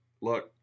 look